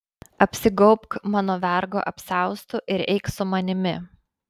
apsigaubk mano vergo apsiaustu ir eik su manimi